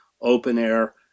open-air